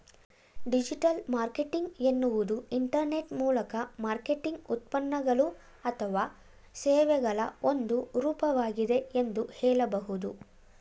digital marketing ಎನ್ನುವುದು internet ಮೂಲಕ marketing ಉತ್ಪನ್ನಗಳು ಅಥವಾ ಸೇವೆಗಳ ಒಂದು ರೂಪವಾಗಿದೆ ಎಂದು ಹೇಳಬಹುದು